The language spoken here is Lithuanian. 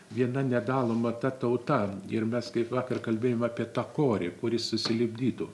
viena nedaloma ta tauta ir mes kaip vakar kalbėjome apie tą korį kuris susilipdytų